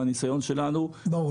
מהניסיון שלנו -- ברור.